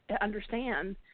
understand